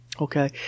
Okay